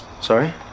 Sorry